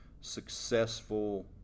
successful